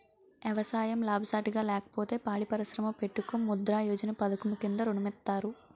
ఎవసాయం లాభసాటిగా లేకపోతే పాడి పరిశ్రమ పెట్టుకో ముద్రా యోజన పధకము కింద ఋణం ఇత్తారు